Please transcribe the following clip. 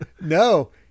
no